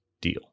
deal